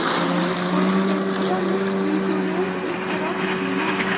payment protection insurance एक तरह के बीमा ह